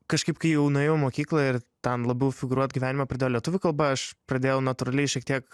kažkaip kai jau nuėjau į mokyklą ir tam labiau figūruot gyvenime pradėjo lietuvių kalba aš pradėjau natūraliai šiek tiek